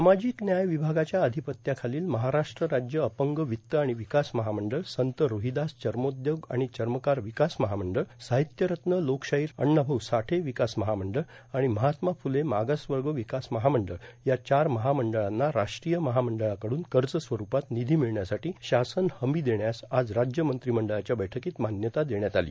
सामाजिक न्याय र्वभागाच्या अधिपत्याखालोल महाराष्ट्र राज्य अपंग र्वित्त र्आण र्वकास महामंडळ संत रोहदास चर्माद्योग आर्ाण चमकार र्वकास महामंडळ सार्ाहत्यरत्न लोकशाहीर अण्णाभाऊ साठे र्ववकास महामंडळ आर्ाण महात्मा फुले मागासवग ावकास महामंडळ या चार महामंडळाना राष्ट्रीय महामंडळाकड्रन कज स्वरुपात ानधी ामळण्यासाठां शासन हमी देण्यास आज राज्य मंत्रिमंडळाच्या बैठकांत मान्यता देण्यात आलो